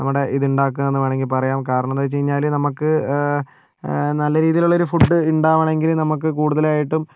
നമ്മുടെ ഇത് ഉണ്ടാക്കുക എന്ന് വേണമെങ്കിൽ പറയാം കാരണം എന്താണെന്ന് വെച്ച് കഴിഞ്ഞാൽ നമുക്ക് നല്ല രീതിയിലുള്ള ഒരു ഫുഡ് ഉണ്ടാകണമെങ്കിൽ നമുക്ക് കൂടുതലായിട്ടും